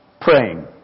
praying